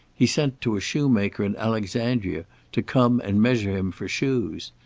he sent to a shoemaker in alexandria to come and measure him for shoes.